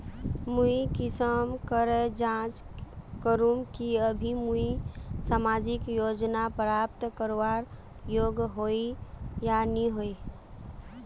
मुई कुंसम करे जाँच करूम की अभी मुई सामाजिक योजना प्राप्त करवार योग्य होई या नी होई?